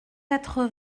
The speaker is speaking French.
quatre